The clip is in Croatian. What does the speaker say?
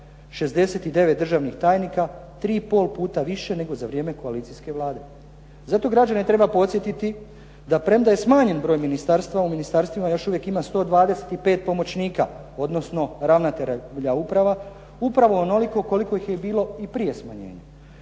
69 državnih tajnika, tri i pol puta više nego za vrijeme koalicijske Vlade. Zato građane treba podsjetiti da premda je smanjen broj ministarstava u ministarstvima još uvijek ima 125 pomoćnika odnosno ravnatelja uprava, upravo onoliko koliko ih je bilo i prije smanjenja.